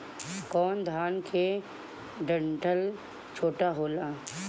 कौन धान के डंठल छोटा होला?